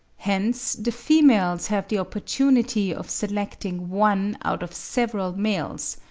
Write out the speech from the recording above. hence the females have the opportunity of selecting one out of several males,